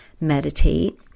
meditate